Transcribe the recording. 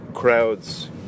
crowds